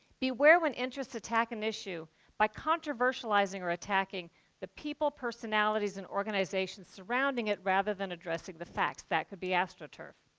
be aware when interests attack an issue by controversializing or attacking the people, personalities, and organizations surrounding it rather than addressing the facts. that could be astroturf.